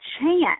chance